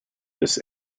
this